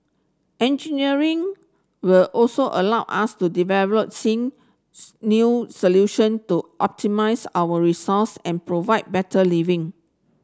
engineering will also allow us to develop seen new solution to optimize our resource and provide better living